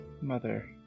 Mother